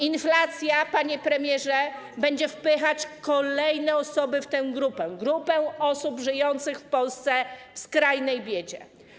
Inflacja, panie premierze, będzie wpychać kolejne osoby do tej grupy, grupy osób żyjących w Polsce w skrajnej biedzie.